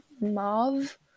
Mauve